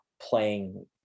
playing